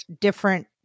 different